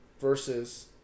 versus